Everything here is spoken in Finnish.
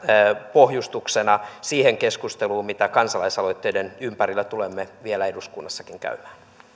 pohjustuksena siihen keskusteluun mitä kansalaisaloitteiden ympärillä tulemme vielä eduskunnassakin käymään